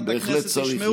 השר,